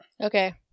Okay